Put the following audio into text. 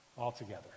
altogether